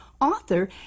author